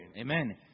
Amen